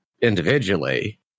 individually